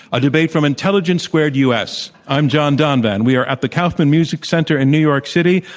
a debate from intelligence squared u. s. i'm john donvan. we are at the kaufman music center in new york city.